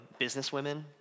businesswomen